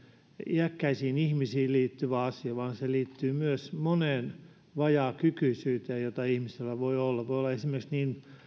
iäkkäisiin ihmisiin liittyvä asia vaan se liittyy myös moneen vajaakykyisyyteen mitä ihmisellä voi olla voi olla esimerkiksi niin